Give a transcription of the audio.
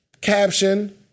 caption